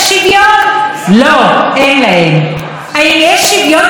האם יש שוויון בפריפריה, כפי שראש הממשלה אמר?